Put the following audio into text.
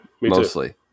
Mostly